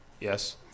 yes